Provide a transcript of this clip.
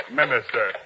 minister